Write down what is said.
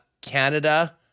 Canada